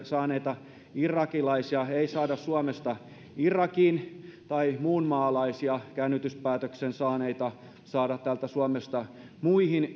saaneita irakilaisia ei saada suomesta irakiin tai muunmaalaisia käännytyspäätöksen saaneita saada täältä suomesta muihin